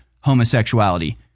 homosexuality